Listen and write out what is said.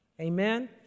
Amen